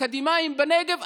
שהם אקדמאים בנגב,